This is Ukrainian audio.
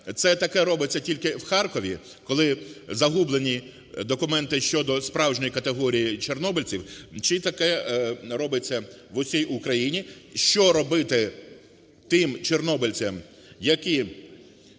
Це таке робиться тільки в Харкові, коли загублені документи щодо справжньої категорії чорнобильців, чи таке робиться в усій Україні? Що робити тим чорнобильцям, які